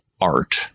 art